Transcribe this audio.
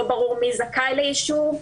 לא ברור מי זכאי לאישור,